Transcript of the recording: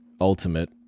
ultimate